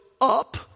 up